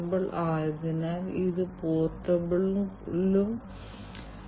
രോഗികളുടെ അവസ്ഥ തത്സമയം നിരീക്ഷിക്കുന്നതും മറ്റും പലപ്പോഴും വളരെ പ്രധാനമാണ്